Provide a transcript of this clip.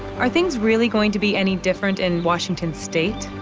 are things really going to be any different in washington state?